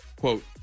quote